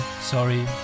sorry